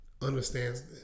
understands